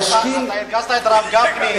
אתה הרגזת את הרב גפני.